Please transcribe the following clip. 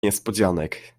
niespodzianek